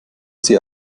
sie